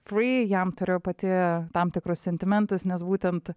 jam turėjo pati tam tikrus sentimentus nes būtent